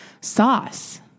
sauce